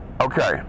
Okay